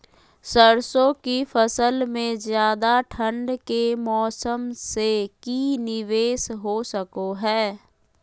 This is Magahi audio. सरसों की फसल में ज्यादा ठंड के मौसम से की निवेस हो सको हय?